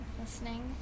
listening